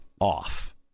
off